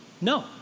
No